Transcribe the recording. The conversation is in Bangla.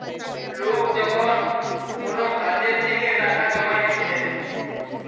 লোক যখন কোন কাজের লিগে টাকা জমাইতিছে